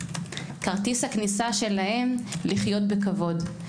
כרטיס הכניסה שלהם לחיות בכבוד.